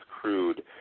crude